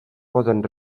poden